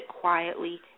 quietly